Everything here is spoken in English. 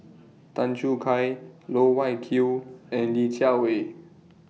Tan Choo Kai Loh Wai Kiew and Li Jiawei